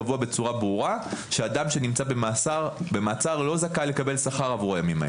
קבוע בצורה ברורה שאדם שנמצא במעצר לא זכאי לקבל שכר עבור הימים האלה.